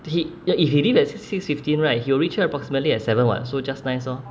he if he leave at six fifteen right he'll reach here approximately at seven [what] so just nice lor